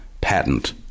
patent